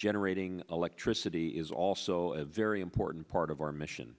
generating electricity is also a very important part of our mission